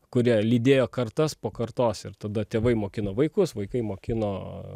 kurie lydėjo kartas po kartos ir tada tėvai mokina vaikus vaikai mokino